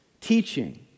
teaching